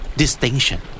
distinction